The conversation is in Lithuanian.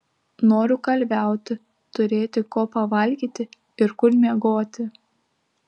noriu kalviauti turėti ko pavalgyti ir kur miegoti